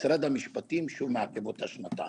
ומשרד המשפטים שוב מעכב אותה שנתיים.